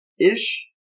ish